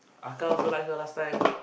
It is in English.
Aka also like her last time